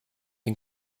den